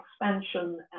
expansion